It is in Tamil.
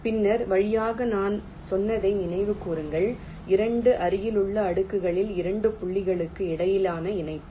பின்னர் வழியாக நான் சொன்னதை நினைவுகூருங்கள் 2 அருகிலுள்ள அடுக்குகளில் 2 புள்ளிகளுக்கு இடையிலான இணைப்பு